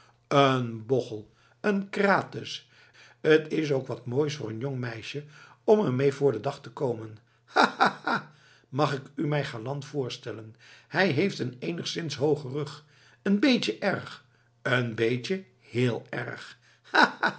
een bochel een krates t is ook wat moois voor een jong meisje om er mee voor den dag te komen ha ha ha mag ik u mijn galant voorstellen hij heeft een eenigszins hoogen rug een beetje erg een beetje heel erg